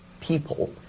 people